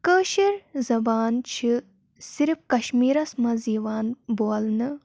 کٲشِر زَبان چھِ صِرف کَشمیٖرَس منٛز یِوان بولنہٕ